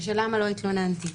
של למה לא התלוננתי,